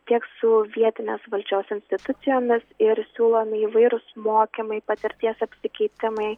tiek su vietinės valdžios institucijomis ir siūlomi įvairūs mokymai patirties apsikeitimai